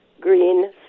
green